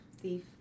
Thief